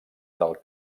del